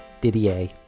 Didier